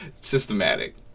Systematic